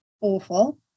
awful